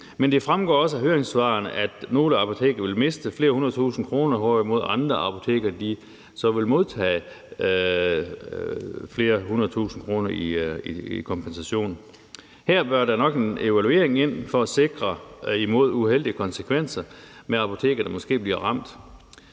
men det fremgår også af høringssvarene, at nogle apoteker vil miste flere hundredtusinde kroner, hvorimod andre apoteker så vil modtage flere hundredtusinde kroner i kompensation. Her bør der nok komme en evaluering ind for at sikre imod uheldige konsekvenser med apoteker, der måske bliver ramt,